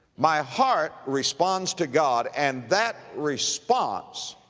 my heart responds to god and that response,